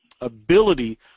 ability